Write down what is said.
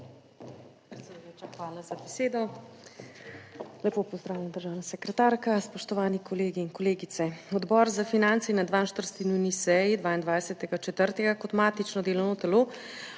hvala za besedo. Lepo pozdravljena državna sekretarka, spoštovani kolegi in kolegice! Odbor za finance je na 42. nujni seji 22. 4. kot matično delovno telo